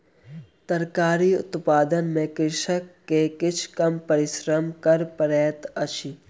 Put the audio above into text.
तरकारी उत्पादन में कृषक के किछ कम परिश्रम कर पड़ैत अछि